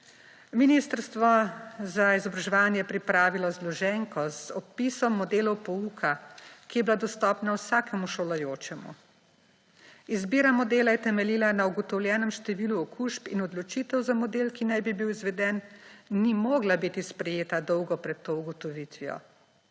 Ministrstvo za izobraževanje je pripravilo zloženko z opisom modelov pouka, ki je bila dostopna vsakemu šolajočemu. Izbira modela je temeljila na ugotovljenem številu okužb in odločitev za model, ki naj bi bil izveden, ni mogla biti sprejeta dolgo pred to ugotovitvijo.